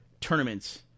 tournaments